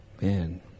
Man